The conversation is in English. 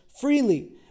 freely